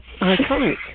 Iconic